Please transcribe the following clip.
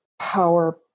power